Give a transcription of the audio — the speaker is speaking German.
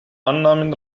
annahmen